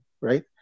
right